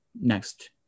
next